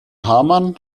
hamann